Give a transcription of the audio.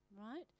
Right